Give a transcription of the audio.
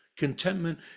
Contentment